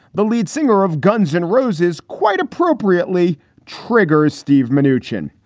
the lead singer of guns n roses quite appropriately triggers steve manoogian.